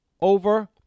over